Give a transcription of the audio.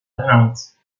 ernannt